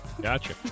Gotcha